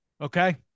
okay